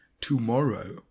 tomorrow